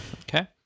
Okay